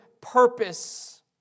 purpose